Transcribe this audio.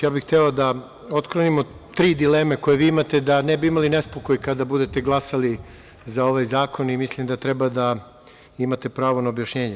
Hteo bih da otkrijemo tri dileme koje vi imate da ne bi imali nespokoj kada budete glasali za ovaj zakon i mislim da treba da imate pravo na objašnjenje.